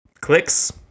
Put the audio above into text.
clicks